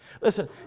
Listen